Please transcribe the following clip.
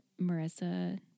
Marissa